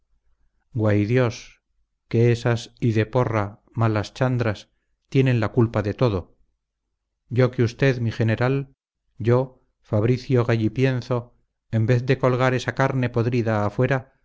decía guaidiós que esas hi de porra malas chandras tienen la culpa de todo yo que usted mi general yo fabricio gallipienzo en vez de colgar esa carne podrida afuera